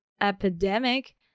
epidemic